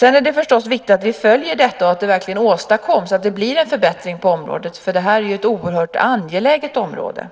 Det är viktigt att vi följer detta och att det verkligen åstadkoms en förbättring på det här området, för det är ett oerhört angeläget område.